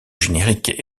générique